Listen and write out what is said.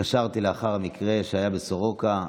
התקשרתי לאחר המקרה שהיה בסורוקה,